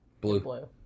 Blue